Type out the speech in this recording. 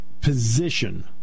position